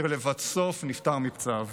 ולבסוף נפטר מפצעיו.